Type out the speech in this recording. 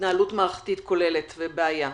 התנהלות מערכתית כוללת ובעיה.